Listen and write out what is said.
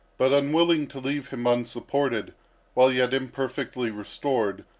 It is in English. but unwilling to leave him unsupported while yet imperfectly restored,